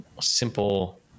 simple